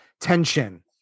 tension